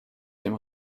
dem